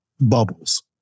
bubbles